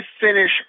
finish